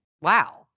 wow